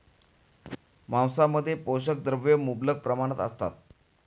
मांसामध्ये पोषक द्रव्ये मुबलक प्रमाणात असतात